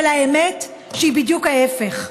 אבל האמת היא שהיא בדיוק ההפך.